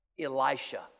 Elisha